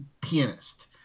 pianist